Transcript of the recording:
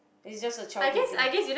it's just a childhood thing